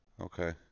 Okay